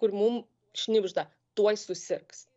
kur mum šnibžda tuoj susirgs